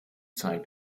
zeigt